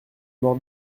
maur